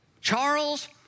Charles